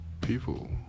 people